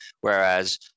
Whereas